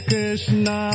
Krishna